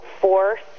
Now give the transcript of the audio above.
force